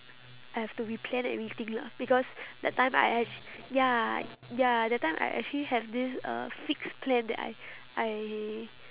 I have to replan everything lah because that time I actu~ ya ya that time I actually have this uh fixed plan that I I